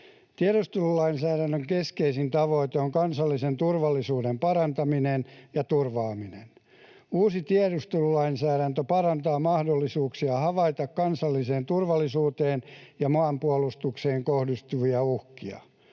Tiedustelulainsäädännön keskeisin tavoite on kansallisen turvallisuuden parantaminen ja turvaaminen. Uusi tiedustelulainsäädäntö parantaa mahdollisuuksia havaita kansalliseen turvallisuuteen ja maanpuolustukseen kohdistuvia uhkia.